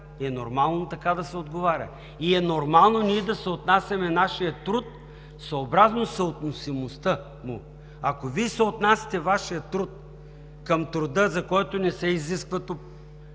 Нормално е така да се отговаря. И е нормално ние да съотнасяме нашия труд съобразно съотносимостта му. Ако Вие съотнасяте Вашия труд към труда, за който не се изискват толкова